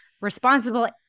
responsible